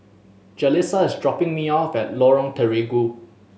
Jalisa is dropping me off at Lorong Terigu